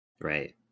Right